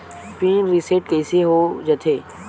Pin reset कइसे हो जाथे?